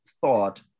thought